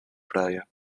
praia